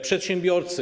Przedsiębiorcy.